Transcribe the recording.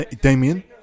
Damien